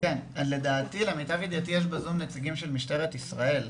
אבל יש נציגי משטרת ישראל.